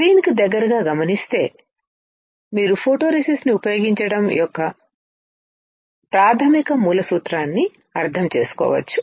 స్క్రీన్కు దగ్గరగా గమనిస్తే మీరు ఫోటోరేసిస్ట్ ని ఉపయోగించడం యొక్క ప్రాథమిక మూలసూత్రాన్ని అర్థం చేసుకోవచ్చు